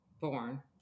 born